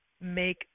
make